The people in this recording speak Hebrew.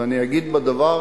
ואני אגיד בדבר